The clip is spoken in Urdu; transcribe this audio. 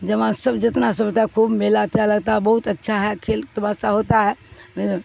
جوان سب جتنا سب ہوتا ہے خوب میلا اچھا لگتا ہے بہت اچھا ہے کھیل تماشا ہوتا ہے